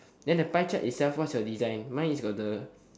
then the pie chart itself what's your design mine is got the